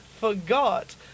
forgot